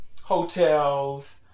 hotels